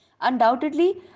Undoubtedly